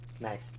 Nice